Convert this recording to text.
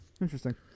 Interesting